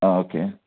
ಹಾಂ ಓಕೆ